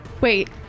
Wait